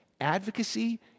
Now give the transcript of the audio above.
advocacy